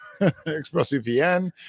ExpressVPN